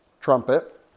trumpet